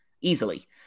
easily